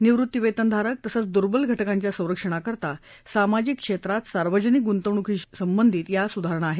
निवृत्तीवेतनधारक तसंच दुर्बल घटकांच्या संरक्षणाकरता सामाजिक क्षेत्रात सार्वजनिक गुंतवणूकीशी संबंधित या सुधारणा आहेत